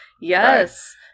Yes